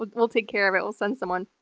we'll we'll take care of it, we'll send someone.